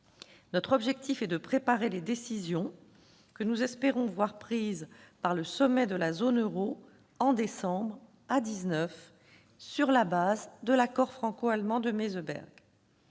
Notre objectif est de préparer les décisions que nous espérons voir prises par le sommet de la zone euro au mois de décembre prochain, à dix-neuf, sur la base de l'accord franco-allemand de Meseberg.